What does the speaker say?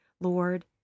Lord